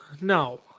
no